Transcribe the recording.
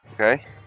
okay